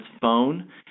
phone